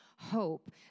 Hope